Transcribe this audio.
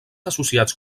associats